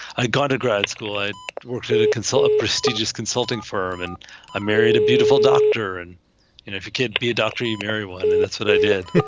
i got to grad school. i worked at a consult, a prestigious consulting firm, and i married a beautiful doctor. and if i could be a doctor, he married one. and that's what i did.